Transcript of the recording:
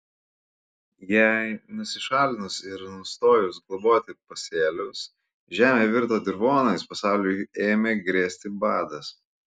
jai nusišalinus ir nustojus globoti pasėlius žemė virto dirvonais pasauliui ėmė grėsti badas